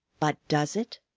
but does it?